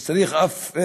וגם בהם צריך לתמוך,